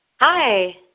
Hi